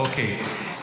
אוקיי.